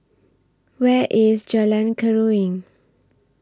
Where IS Jalan Keruing